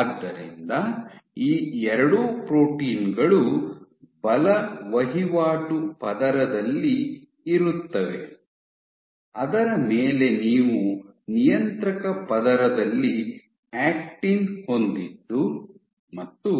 ಆದ್ದರಿಂದ ಈ ಎರಡೂ ಪ್ರೋಟೀನ್ ಗಳು ಬಲ ವಹಿವಾಟು ಪದರದಲ್ಲಿ ಇರುತ್ತವೆ ಅದರ ಮೇಲೆ ನೀವು ನಿಯಂತ್ರಕ ಪದರದಲ್ಲಿ ಆಕ್ಟಿನ್ ಹೊಂದಿದ್ದು ಮತ್ತು